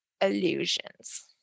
illusions